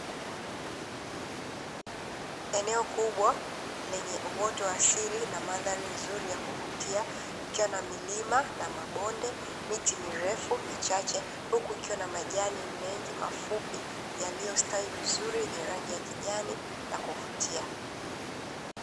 Eneo kubwa lenye uoto wa asili na mandhari nzuri ya kuvutia ikiwa na milima na mabonde, miti mirefu michache; huku ikiwa na majani mengi mafupi yaliyostawi vizuri yenye rangi ya kijani ya kuvutia.